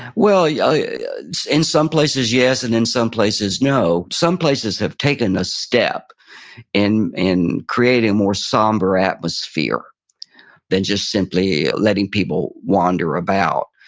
well, yeah ah in in some places, yes, and in some places no. some places have taken a step in in creating a more somber atmosphere than just simply letting people wander about.